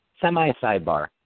semi-sidebar